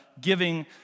giving